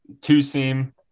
two-seam